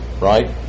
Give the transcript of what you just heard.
right